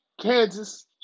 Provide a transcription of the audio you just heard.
Kansas